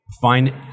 find